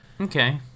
Okay